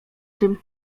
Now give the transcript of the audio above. tym